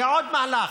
זה עוד מהלך.